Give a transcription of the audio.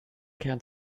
kern